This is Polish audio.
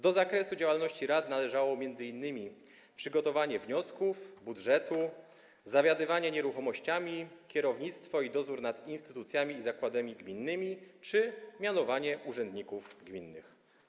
Do zakresu działalności rad należało m.in. przygotowanie wniosków, budżetu, zawiadywanie nieruchomościami, kierownictwo i dozór nad instytucjami i zakładami gminnymi czy mianowanie urzędników gminnych.